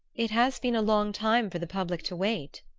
it has been a long time for the public to wait,